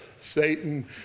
Satan